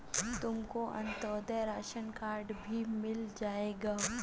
तुमको Antyodaya ration card भी मिल जाएगा